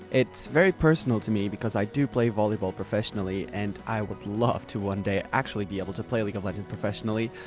it's very personal to me, because i do play volleyball professionally and i would love to one day actually be able to play league of legends professionally,